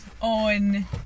On